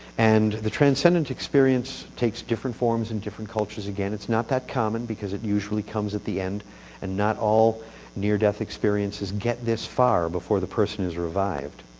and the transcendent experience takes different forms in different cultures. it's not that common, because it usually comes at the end and not all near-death experiences get this far before the person is revived.